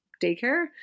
daycare